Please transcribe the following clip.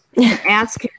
ask